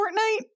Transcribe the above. Fortnite